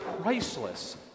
priceless